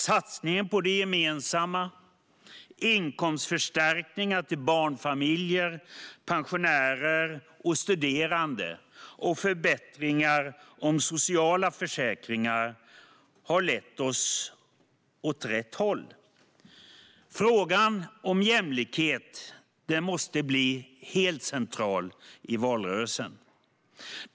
Satsningen på det gemensamma, inkomstförstärkningar till barnfamiljer, pensionärer och studerande och förbättrade sociala försäkringar har lett oss åt rätt håll. Frågan om jämlikhet måste bli helt central i valrörelsen.